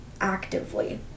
actively